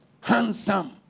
Handsome